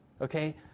okay